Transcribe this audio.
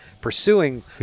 pursuing